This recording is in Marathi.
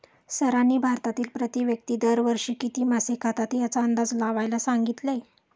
सरांनी भारतातील प्रति व्यक्ती दर वर्षी किती मासे खातात याचा अंदाज लावायला सांगितले?